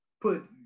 put